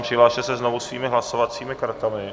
Přihlaste se znovu svými hlasovacími kartami.